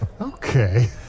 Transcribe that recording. Okay